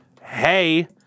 hey